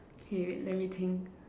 okay wait let me think